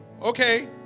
Okay